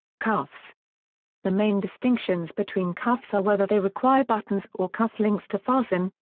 cuffs the main distinctions between cuffs are whether they require buttons or cufflinks to fasten,